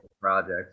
projects